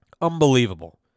Unbelievable